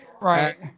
Right